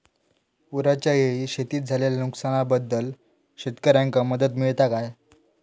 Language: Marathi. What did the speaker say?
पुराच्यायेळी शेतीत झालेल्या नुकसनाबद्दल शेतकऱ्यांका मदत मिळता काय?